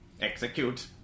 Execute